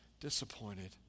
disappointed